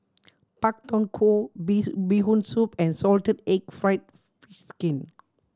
Pak Thong Ko bee Bee Hoon Soup and salted egg fried skin